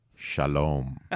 Shalom